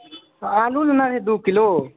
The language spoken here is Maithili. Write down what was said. आलू लेनाइ अइ दू किलो